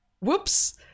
whoops